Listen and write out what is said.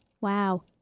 Wow